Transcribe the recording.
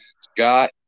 Scott